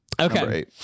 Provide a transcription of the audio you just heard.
okay